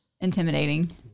intimidating